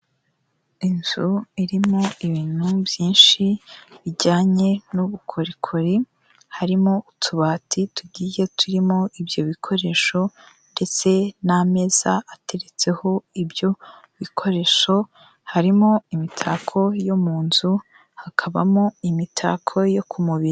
Inzu irimo ibintu byinshi bijyanye n'ubukorikori harimo utubati tugiye turimo ibyo bikoresho ndetse n'ameza ateretseho ibyo bikoresho harimo imitako yo mu nzu, hakabamo imitako yo ku mubiri.